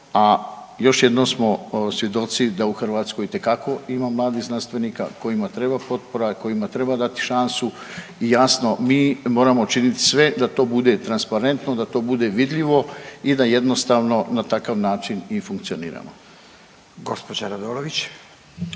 a još jednom smo svjedoci da u Hrvatskoj itekako ima mladih znanstvenika kojima treba potpora, kojima treba dati šansu i jasno mi moramo činit sve da to bude transparentno, da to bude vidljivo i da jednostavno na takav način i funkcioniramo.